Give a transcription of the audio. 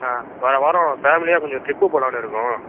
ஆ வர்ற வாரம் ஃபேமிலியாக கொஞ்சம் டிரிப்பு போலான்னு இருக்கோம்